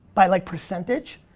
by like percentage.